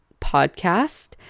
podcast